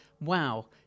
wow